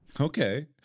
okay